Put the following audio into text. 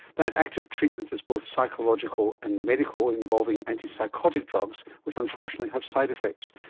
that active treatment is both psychological and medical, involving antipsychotic drugs which unfortunately have side effects.